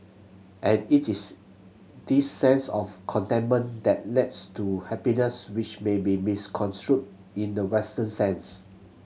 and it is this sense of contentment that to happiness which may be misconstrued in the Western sense